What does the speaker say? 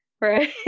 right